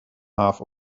half